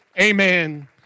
Amen